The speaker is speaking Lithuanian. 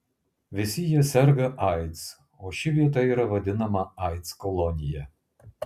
visi jie serga aids o ši vieta yra vadinama aids kolonija